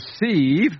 Receive